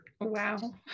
Wow